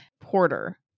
porter